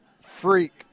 freak